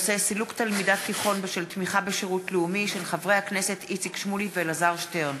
של חברי הכנסת איציק שמולי ואלעזר שטרן